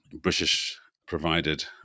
British-provided